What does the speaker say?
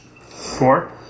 Four